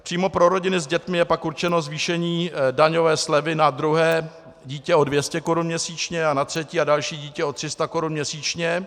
Přímo pro rodiny s dětmi je pak určeno zvýšení daňové slevy na druhé dítě o 200 korun měsíčně a na třetí a další dítě o 300 korun měsíčně.